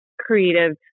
creative